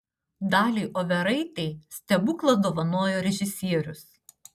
daliai overaitei stebuklą dovanojo režisierius